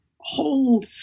whole